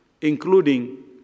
including